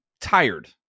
tired